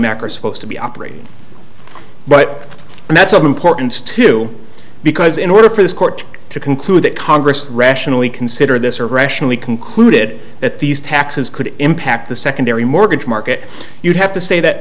mac are supposed to be operating but and that's of importance to you because in order for this court to conclude that congress rationally consider this or rationally concluded that these taxes could impact the secondary mortgage market you'd have to say that